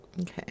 Okay